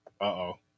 Uh-oh